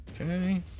Okay